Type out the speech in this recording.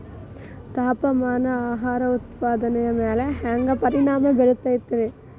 ತಾಪಮಾನ ಆಹಾರ ಉತ್ಪಾದನೆಯ ಮ್ಯಾಲೆ ಹ್ಯಾಂಗ ಪರಿಣಾಮ ಬೇರುತೈತ ರೇ?